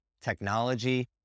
technology